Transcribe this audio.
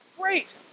Great